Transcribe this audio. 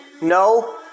no